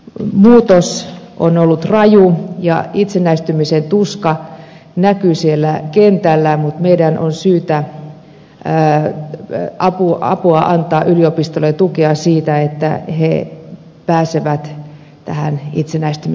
muutos on ollut raju ja itsenäistymisen tuska näkyy siellä kentällä mutta meidän on syytä antaa apua yliopistoille ja tukea siinä että ne pääsevät itsenäistymisensä tielle